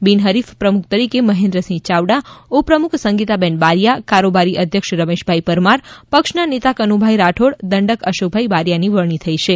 બિન હરીફ પ્રમુખ તરીકે મહેન્દ્રસિંહ યાવડા ઉપપ્રમુખ સંગીતા બેન બારીયા કારોબારી અધ્યક્ષ રમેશભાઈ પરમાર પક્ષના નેતા કનુભાઈ રાઠોડ અને દંડક અશોકભાઈ બારીયાની વરણી થઇ છે